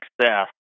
success